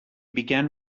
began